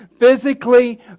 physically